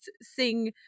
sing